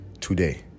today